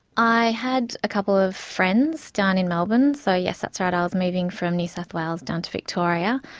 i had a couple of friends down in melbourne. so yes, that's right, i was moving from new south wales down to victoria,